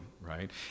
right